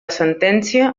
sentència